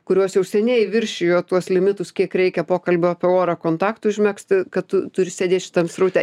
kuriuos jau seniai viršijo tuos limitus kiek reikia pokalbio apie orą kontaktui užmegzti kad tu turi sėdėt šitam sraute